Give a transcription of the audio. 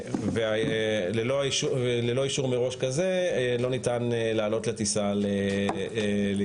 ללא אישור מראש כזה לא ניתן לעלות לטיסה לישראל.